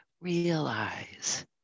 realize